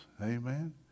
Amen